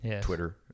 Twitter